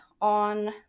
on